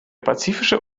pazifische